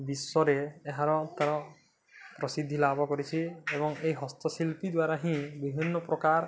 ବିଶ୍ୱରେ ଏହାର ତା'ର ପ୍ରସିଦ୍ଧି ଲାଭ କରିଛି ଏବଂ ଏହି ହସ୍ତଶିଳ୍ପୀ ଦ୍ୱାରା ହିଁ ବିଭିନ୍ନ ପ୍ରକାର